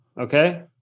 okay